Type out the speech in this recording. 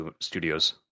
studios